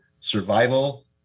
survival